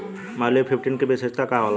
Malviya fifteen के विशेषता का होला?